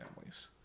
families